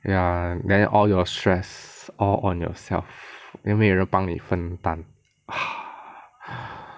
ya then all your stress all on yourself 都没有人帮你分担